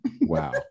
Wow